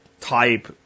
type